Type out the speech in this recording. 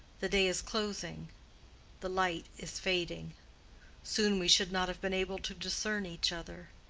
the day is closing the light is fading soon we should not have been able to discern each other.